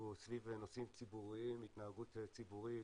סביב נושאים ציבוריים התנהגות ציבורית,